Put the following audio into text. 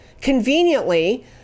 conveniently